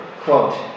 quote